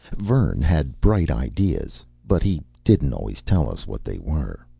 vern had bright ideas. but he didn't always tell us what they were.